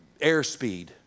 airspeed